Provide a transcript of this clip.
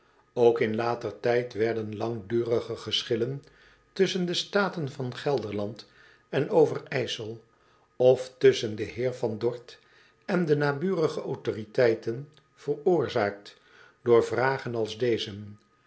ook in later tijd werden langdurige geschillen tusschen de de staten van gelderland en overijsel of tusschen den heer van dorth en de naburige auroriteiten veroorzaakt door vragen als dezen